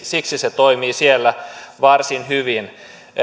siksi se toimii siellä varsin hyvin